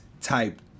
type